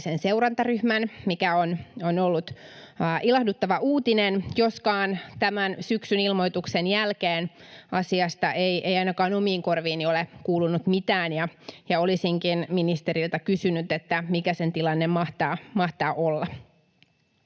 seurantaryhmän, mikä on ollut ilahduttava uutinen, joskaan tämän syksyn ilmoituksen jälkeen asiasta ei ainakaan omiin korviini ole kuulunut mitään. Olisinkin ministeriltä kysynyt, että mikä sen tilanne mahtaa olla.